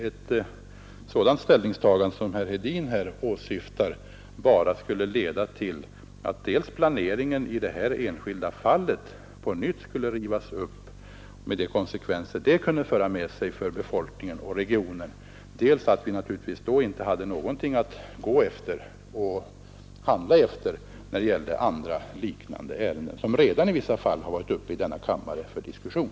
Ett sådant ställningstagande som det herr Hedin här åsyftar skulle bara leda till dels att planeringen i detta enskilda fall på nytt skulle rivas upp, med de konsekvenser det kunde föra med sig för befolkningen och regionen, dels att vi naturligtvis inte skulle ha några normer att handla efter i andra liknande ärenden.